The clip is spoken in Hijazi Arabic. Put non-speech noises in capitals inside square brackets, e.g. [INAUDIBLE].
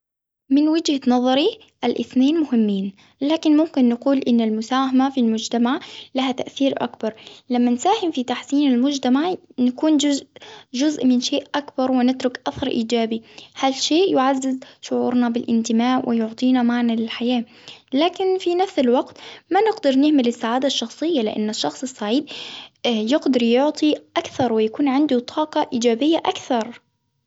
من وجهة نظري الإثنين مهمين، لكن ممكن نقول أن المساهمة في المجتمع لها تأثير أكبر، لما نساهم في تحسين المجتمع نكون جزء -جزء من شيء أكبر ونترك أثر إيجابي، هالشيء يعذذ شعورنا بالإنتماء ويعطينا معنى للحياة، لكن في نفس الوقت ما نقدر نهمل السعادة الشخصية لأن الشخص السعيد [HESITATION] يقدر يعطي أكثر ويكون عنده طاقة إيجابية اكثر.